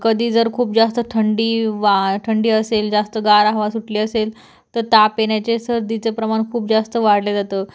कधी जर खूप जास्त थंडी वा ठंडी असेल जास्त गार हवा सुटली असेल तर ताप येण्याचे सर्दीचं प्रमाण खूप जास्त वाढल्या जातं